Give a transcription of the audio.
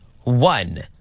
one